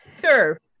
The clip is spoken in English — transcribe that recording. Sure